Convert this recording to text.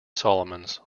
solomons